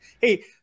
Hey